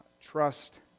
trust